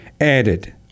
added